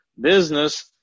business